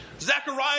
Zechariah